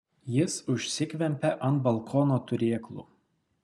jis užsikvempia ant balkono turėklų